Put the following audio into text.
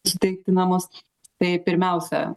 suteikti namus tai pirmiausia